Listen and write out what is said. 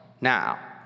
now